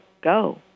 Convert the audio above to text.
go